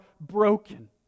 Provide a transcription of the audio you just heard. broken